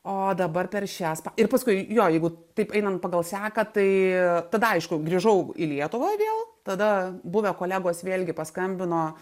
o dabar per šią spa ir paskui jo jeigu taip einam pagal seką tai tada aišku grįžau į lietuvą vėl tada buvę kolegos vėlgi paskambino